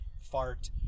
fart